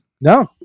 No